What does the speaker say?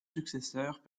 successeurs